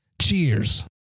Cheers